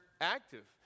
active